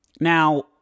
Now